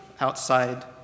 outside